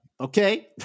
okay